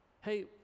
Hey